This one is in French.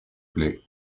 plait